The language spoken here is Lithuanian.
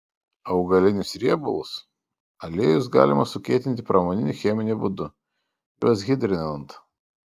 augalinius riebalus aliejus galima sukietinti pramoniniu cheminiu būdu juos hidrinant